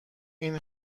این